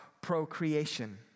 procreation